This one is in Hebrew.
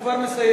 הוא כבר מסיים.